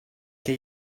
che